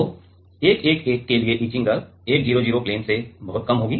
तो 111 के लिए इचिंग दर 100 प्लेन से बहुत कम होगी